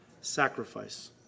Sacrifice